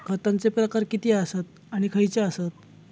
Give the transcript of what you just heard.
खतांचे प्रकार किती आसत आणि खैचे आसत?